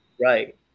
Right